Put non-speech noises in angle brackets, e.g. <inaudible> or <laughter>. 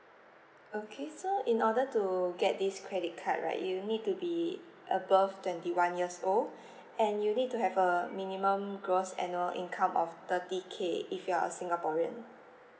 okay so in order to get this credit card right you need to be above twenty one years old <breath> and you need to have err minimum gross annual income of thirty K if you are a singaporean